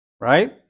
right